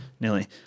nearly